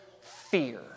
fear